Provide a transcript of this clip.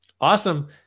Awesome